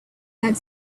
had